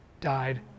died